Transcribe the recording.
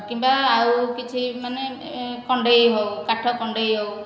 କିମ୍ବା ଆଉ କିଛି ମାନେ କଣ୍ଢେଇ ହେଉ କାଠ କଣ୍ଢେଇ ହେଉ